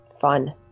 fun